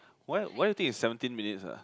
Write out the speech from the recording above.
why why do you think is seventeen minutes ah